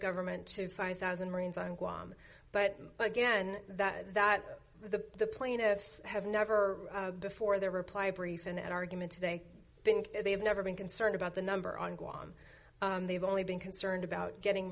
government to five thousand marines on guam but again that that the plaintiffs have never before their reply brief in an argument today think they have never been concerned about the number on guam they've only been concerned about getting